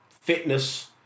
fitness